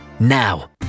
now